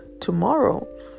tomorrow